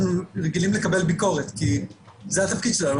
אנחנו רגילים לקבל ביקורת כי זה התפקיד שלנו,